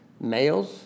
males